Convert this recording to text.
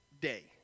day